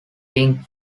think